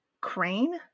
Crane